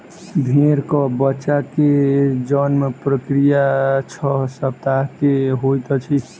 भेड़क बच्चा के जन्म प्रक्रिया छह सप्ताह के होइत अछि